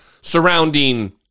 surrounding